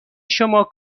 شما